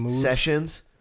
sessions